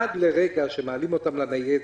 עד לרגע שמעלים אותם לניידת,